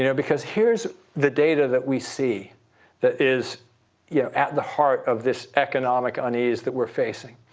yeah because here's the data that we see that is yeah at the heart of this economic unease that we're facing,